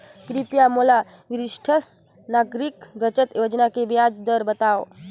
कृपया मोला वरिष्ठ नागरिक बचत योजना के ब्याज दर बतावव